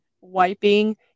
wiping